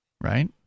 right